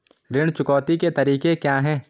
ऋण चुकौती के तरीके क्या हैं?